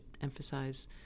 emphasize